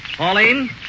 Pauline